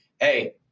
Hey